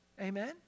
amen